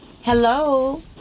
Hello